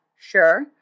Sure